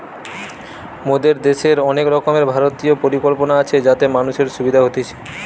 মোদের দ্যাশের অনেক রকমের ভারতীয় পরিকল্পনা আছে যাতে মানুষের সুবিধা হতিছে